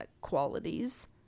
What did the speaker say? qualities